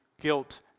guilt